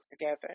together